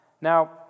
Now